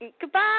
Goodbye